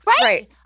Right